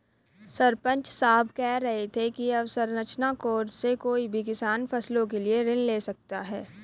सरपंच साहब कह रहे थे कि अवसंरचना कोर्स से कोई भी किसान फसलों के लिए ऋण ले सकता है